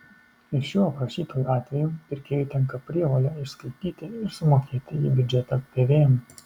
ir šiuo aprašytuoju atveju pirkėjui tenka prievolė išskaityti ir sumokėti į biudžetą pvm